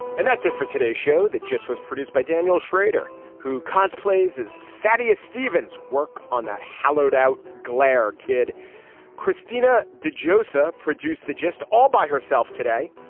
and that's it for today's show that just was produced by daniel schrader who cars plays as thaddeus stevens. work on that hallowed out glare kid christina de josiah produced the just all by herself today.